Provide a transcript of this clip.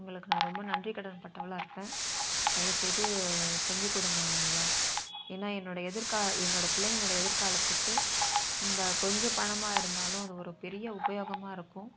உங்களுக்கு நான் ரொம்ப நன்றி கடன் பட்டவளாக இருப்பேன் தயவுசெய்து செஞ்சுக் கொடுங்க ஐயா ஏன்னால் என்னுடைய எதிர்கா என்னுடைய பிள்ளைங்களுடைய எதிர்காலத்துக்கு இந்த கொஞ்சம் பணமாக இருந்தாலும் அது ஒரு பெரிய உபயோகமாக இருக்கும்